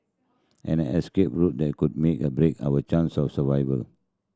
and an escape route that could make or break our chance of survival